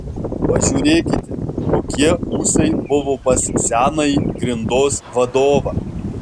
pažiūrėkite kokie ūsai buvo pas senąjį grindos vadovą